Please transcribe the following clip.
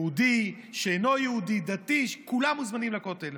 יהודי, שאינו יהודי, דתי, כולם מוזמנים לכותל.